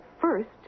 first